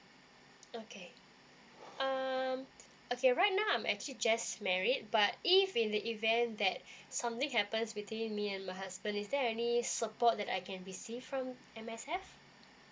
okay um okay right now I'm actually jest married but if in the event that something happens between me and my husband is there any support that I can receive fromM_S_F